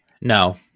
No